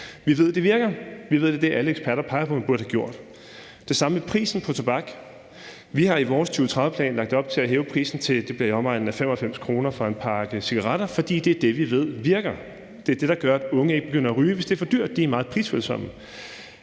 Vi ved, det virker. Vi ved, det er det, alle eksperter peger på man burde have gjort. Det samme gælder prisen på tobak. Vi har i vores 2030-plan lagt op til at hæve prisen til i omegnen af 95 kr. for en pakke cigaretter, fordi det er det, vi ved virker. Det er det, der gør, at unge ikke begynder at ryge, altså hvis det er for dyrt. De er meget prisfølsomme.